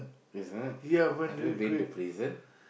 is it have you been to prison